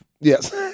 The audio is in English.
Yes